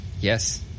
Yes